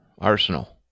arsenal